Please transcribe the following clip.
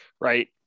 right